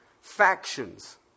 Factions